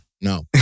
No